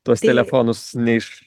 tuos telefonus ne iš